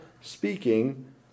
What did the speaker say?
speaking